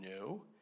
No